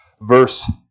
verse